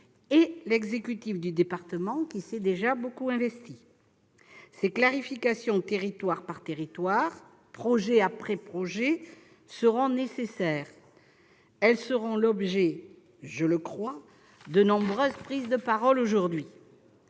et l'exécutif du département, qui s'est déjà beaucoup investi ? Ces clarifications, territoire par territoire, projet après projet, seront nécessaires. Elles seront l'objet, je le crois, de nombreuses prises de parole aujourd'hui.